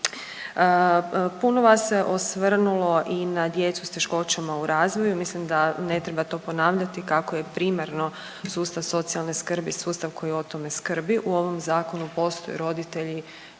Puno vas se osvrnulo i na djecu s teškoćama u razvoju, mislim da ne treba to ponavljati kako je primarno sustav socijalne skrbi sustav koji o tome skrbi. U ovom Zakonu postoje roditelji